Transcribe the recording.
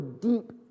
deep